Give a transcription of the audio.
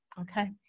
okay